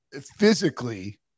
physically –